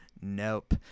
Nope